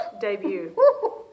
debut